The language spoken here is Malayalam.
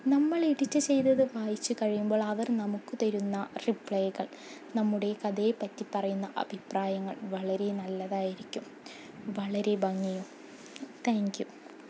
നമ്മൾ എഡിറ്റ് ചെയ്തത് വായിച്ചു കഴിയുമ്പോൾ അവർ നമുക്ക് തരുന്ന റിപ്ലൈകൾ നമ്മുടെ കഥയെപ്പറ്റി പറയുന്ന അഭിപ്രായങ്ങൾ വളരെ നല്ലതായിരിക്കും വളരെ ഭംഗിയും താങ്ക് യു